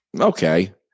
okay